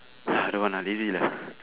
ah don't want lah lazy lah